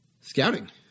scouting